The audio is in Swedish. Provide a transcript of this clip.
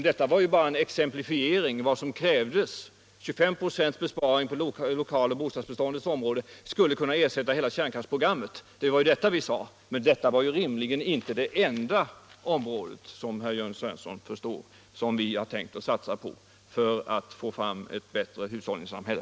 Det var ju bara en exemplifiering av vad som krävdes. 25 9å besparing på bostadsbeståndsområdet skulle kunna ersätta hela kärnkraftsprogrammet, var vad vi sade, men det var rimligen inte, som Jörn Svensson förstår, det enda området som vi tänkt satsa på för att få fram ett bättre hushållningssamhälle.